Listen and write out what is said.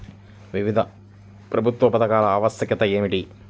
వివిధ ప్రభుత్వ పథకాల ఆవశ్యకత ఏమిటీ?